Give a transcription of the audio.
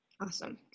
Awesome